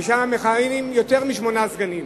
ושם מכהנים יותר משמונה סגנים.